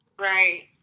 Right